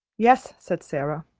yes, said sara.